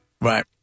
Right